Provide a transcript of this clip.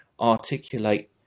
articulate